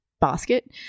basket